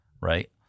right